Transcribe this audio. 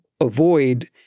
avoid